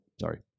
sorry